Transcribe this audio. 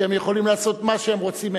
שהם יכולים לעשות מה שהם רוצים,